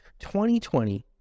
2020